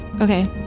Okay